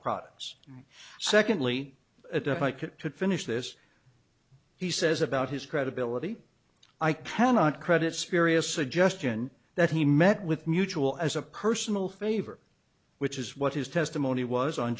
products secondly if i could finish this he says about his credibility i cannot credit spira suggestion that he met with mutual as a personal favor which is what his testimony was on